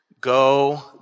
go